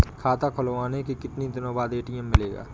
खाता खुलवाने के कितनी दिनो बाद ए.टी.एम मिलेगा?